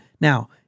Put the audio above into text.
Now